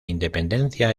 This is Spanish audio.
independencia